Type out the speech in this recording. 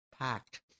packed